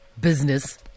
business